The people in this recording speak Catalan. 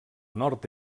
nord